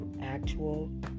actual